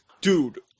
dude